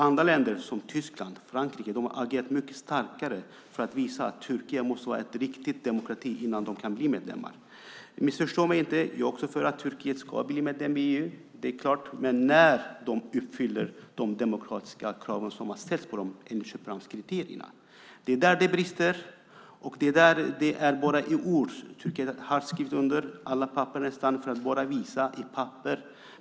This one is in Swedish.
Andra länder som Tyskland och Frankrike har agerat mycket starkare för att visa att Turkiet måste vara en riktig demokrati innan det kan bli medlem. Missförstå mig inte. Jag är också för att Turkiet ska bli medlem i EU - det är klart - men först när de uppfyller de demokratiska krav som har ställts på dem enligt Köpenhamnskriterierna. Det är där det brister, och det är där som det bara är ord. Turkiet har skrivit under nästan alla papper för att bara visa på papper.